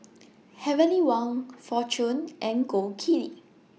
Heavenly Wang Fortune and Gold Kili